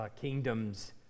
kingdoms